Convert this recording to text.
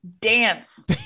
dance